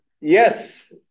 yes